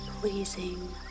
pleasing